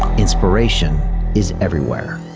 inspiration is everywhere